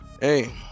Hey